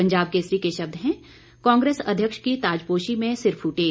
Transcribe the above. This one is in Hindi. पंजाब केसरी के शब्द हैं कांग्रेस अध्यक्ष की ताजपोशी में सिर फूटे